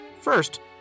First